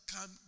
come